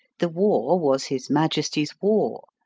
the war was his majesty's war,